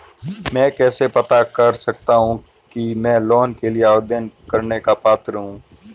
मैं कैसे पता कर सकता हूँ कि मैं लोन के लिए आवेदन करने का पात्र हूँ?